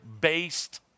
based